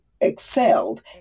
excelled